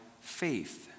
faith